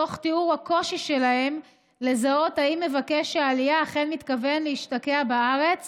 תוך תיאור הקושי שלהם לזהות אם מבקש העלייה אכן מתכוון להשתקע בארץ